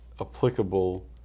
applicable